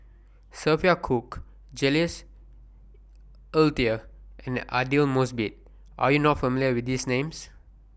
Sophia Cooke Jules Itier and Aidli Mosbit Are YOU not familiar with These Names